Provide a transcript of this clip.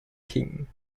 king